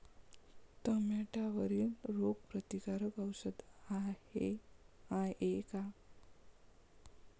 टमाट्यावरील रोग प्रतीकारक औषध हाये का?